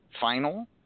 Final